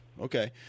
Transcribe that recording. okay